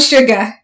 Sugar